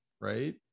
right